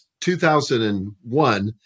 2001